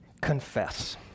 confess